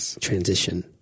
transition